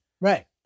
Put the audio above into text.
Right